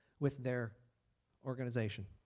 with their organization.